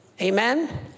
Amen